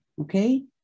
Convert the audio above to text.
Okay